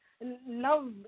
love